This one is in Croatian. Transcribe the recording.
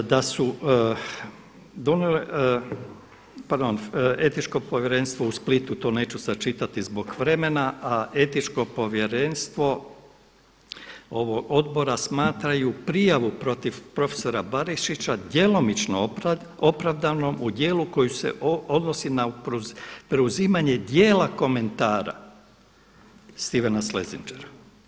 Da su donijele, pardon etičko povjerenstvo u Splitu to neću sad čitati zbog vremena a etičko povjerenstvo ovog odbora smatraju prijavu protiv profesora Barišića djelomično opravdanom u djelu koji se odnosi na preuzimanje djela komentara Stevena Schlesingera.